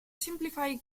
simplify